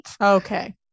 Okay